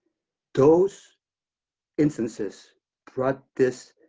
those instances brought this